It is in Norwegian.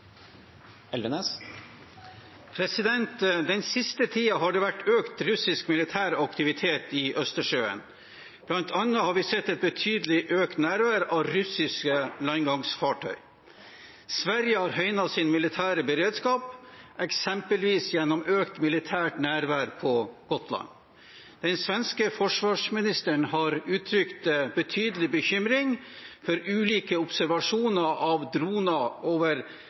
Den siste tiden har det vært økt russisk militær aktivitet i Østersjøen. Blant annet har vi sett et betydelig økt nærvær av russiske landgangsfartøy. Sverige har høynet sin militære beredskap, eksempelvis gjennom økt militært nærvær på Gotland. Den svenske forsvarsministeren har uttrykt betydelig bekymring for ulike observasjoner av droner over